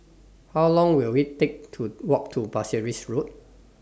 How Long Will IT Take to Walk to Pasir Ris Road